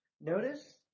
Notice